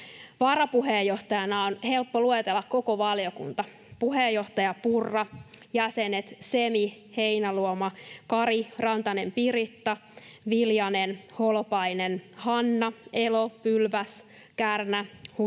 Varapuheenjohtajana on helppo luetella koko valiokunta: puheenjohtaja Purra, jäsenet Semi, Heinäluoma, Kari, Piritta Rantanen, Viljanen, Hanna Holopainen, Elo, Pylväs, Kärnä, Huttunen,